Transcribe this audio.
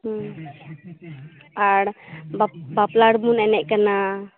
ᱟᱨ ᱵᱟᱯᱞᱟ ᱨᱮᱵᱚᱱ ᱮᱱᱮᱡ ᱠᱟᱱᱟ